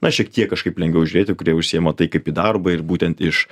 na šiek tiek kažkaip lengviau žiūrėti kurie užsiima tai kaip į darbą ir būtent iš